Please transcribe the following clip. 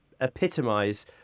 epitomise